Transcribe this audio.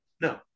No